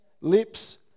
lips